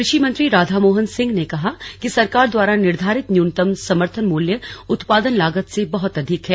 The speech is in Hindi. कृषि मंत्री राधामोहन सिंह ने कहा कि सरकार द्वारा निर्धारित न्यूनतम समर्थन मूल्य उत्पादन लागत से बहत अधिक है